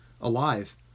alive